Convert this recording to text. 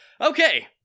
Okay